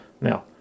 Now